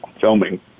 filming